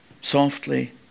Softly